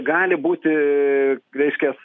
gali būti reiškias